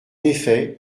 effet